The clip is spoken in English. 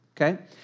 okay